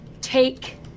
take